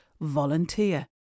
Volunteer